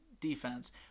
defense